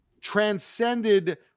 transcended